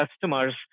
customers